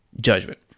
judgment